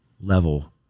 level